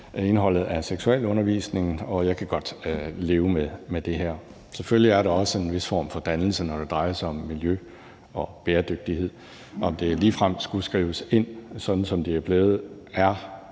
indholdet af seksualundervisningen, og jeg kan godt leve med det her. Selvfølgelig er der også en vis form for dannelse, når det drejer sig om miljø og bæredygtighed. At det ligefrem skulle skrives ind, sådan som det er blevet, er